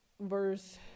Verse